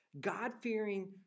God-fearing